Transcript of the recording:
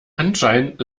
anscheinend